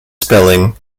spelling